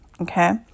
okay